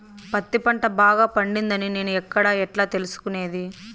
పత్తి పంట బాగా పండిందని నేను ఎక్కడ, ఎట్లా తెలుసుకునేది?